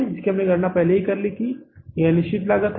हमने पहले ही गणना कर ली है यहां निश्चित लागत क्या है